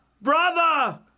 Brother